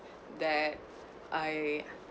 that I